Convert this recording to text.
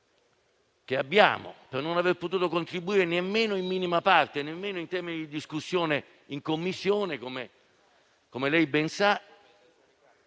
abbiamo per non aver potuto contribuire nel merito, nemmeno in minima parte, nemmeno in termini di discussione in Commissione, come lei ben sa,